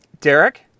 Derek